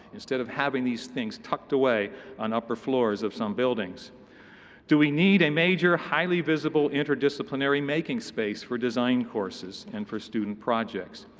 instead of having these things tucked away on upper floors of some buildings do we need a major, highly visible interdisciplinary making space for design courses and for student projects?